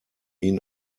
ihn